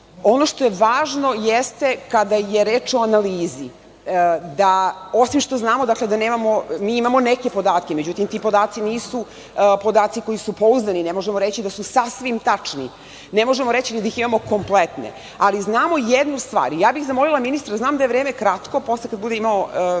što je važno jeste kada je reč o analizi da osim što znamo da nemamo, mi imamo neke podatke, međutim, ti podaci nisu podaci koji su pouzdani. Ne možemo reći da su sasvim tačni. Ne možemo reći ni da ih imamo kompletne, ali znamo jednu stvar, ja bih zamolila ministra, znam da je vreme kratko, posle kada bude imao